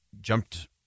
jumped